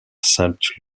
sainte